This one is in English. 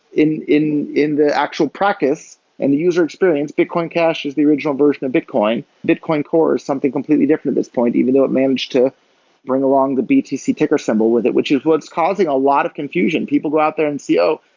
in in the actual practice and the user experience. bitcoin cash is the original version of bitcoin. bitcoin core is something completely different at this point, even though it managed to bring along the btc ticker symbol with it, which is what's causing a lot of confusion people go out there and see, oh,